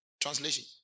translation